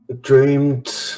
dreamed